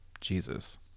Jesus